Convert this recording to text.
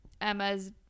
Emma's